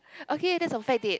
okay that's on Friday